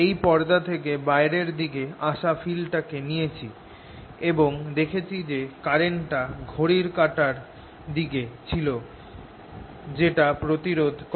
এই পর্দা থেকে বাইরের দিকে আসা ফিল্ডটাকে নিয়েছি এবং দেখেছি যে কারেন্টটা ঘড়ির কাটার দিকে ছিল যেটা প্রতিরোধ করে